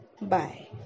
Bye